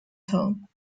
tone